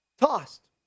Tossed